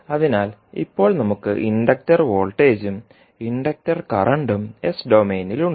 അതിനാൽ ഇപ്പോൾ നമുക്ക് ഇൻഡക്റ്റർ വോൾട്ടേജും ഇൻഡക്റ്റർ കറന്റും എസ് ഡൊമെയ്നിൽ ഉണ്ട്